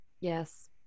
Yes